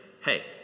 hey